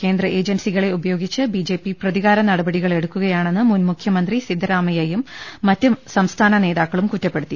കേന്ദ്ര ഏജൻസികളെ ഉപയോഗിച്ച് ബി ജെ പി പ്രതികാര നടപടികളെടുക്കുകയാണെന്ന് മുൻമുഖ്യമന്ത്രി സിദ്ധരാമയ്യയും മറ്റ് സംസ്ഥാന നേതാക്കളും കുറ്റ പ്പെടുത്തി